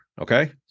okay